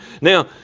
Now